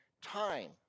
time